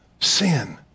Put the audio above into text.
sin